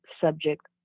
subject